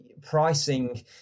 pricing